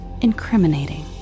incriminating